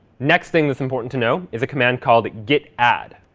next thing that's important to know is a command called git add.